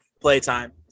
playtime